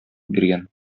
биргән